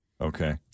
Okay